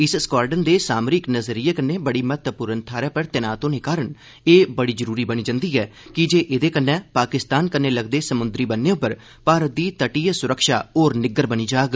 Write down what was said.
इस स्कार्डन दे सामरिक नजरिये कन्नै बड़ी महत्वपूर्ण थाहरा पर तैनात होने कारण ए बड़ी जरुरी बनी जन्दी ऐ कीजे एदे कन्नै पाकिस्तान कन्नै लगदे समुन्द्री बन्ने उप्पर भारत दी तटीय सुरक्षा होर निग्गर बनी जाग